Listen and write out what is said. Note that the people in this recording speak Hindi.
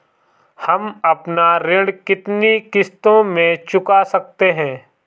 हम अपना ऋण कितनी किश्तों में चुका सकते हैं?